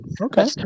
Okay